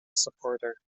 supporter